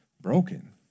broken